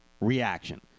Reaction